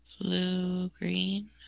blue-green